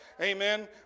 Amen